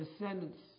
descendants